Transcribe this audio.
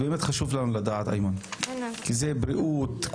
חשוב לנו לדעת, איימן, כי מדובר בבריאות.